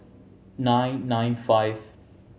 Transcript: nine nine five